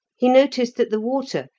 he noticed that the water,